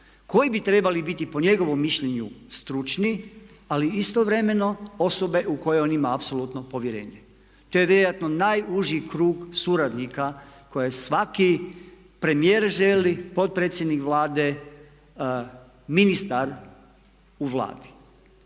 koji bi trebali biti po njegovom mišljenju stručni, ali istovremeno osobe u koje on ima apsolutno povjerenje. To je vjerojatno najuži krug suradnika koje svaki premijer želi, potpredsjednik Vlade, ministar u Vladi.